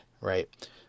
right